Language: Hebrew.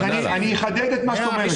אני שואלת על משהו אחר --- הוא ענה.